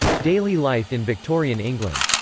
daily life in victorian england.